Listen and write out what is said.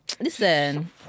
listen